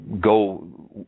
go